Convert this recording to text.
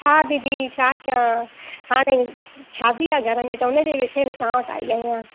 हा दीदी छा कयां हाणे शादी आहे घर में त हुनजे विषय में तव्हां वटि आई आहियां